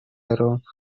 around